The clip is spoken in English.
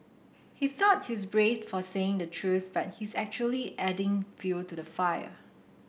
he thought he's brave for saying the truth but he's actually adding fuel to the fire